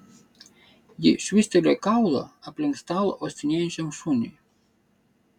ji švystelėjo kaulą aplink stalą uostinėjančiam šuniui